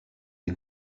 des